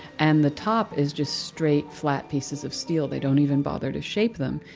and the top is just straight, flat pieces of steel. they don't even bother to shape them.